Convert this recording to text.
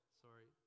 sorry